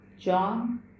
John